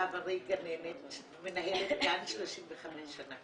בעברי גננת, מנהלת גן 35 שנה.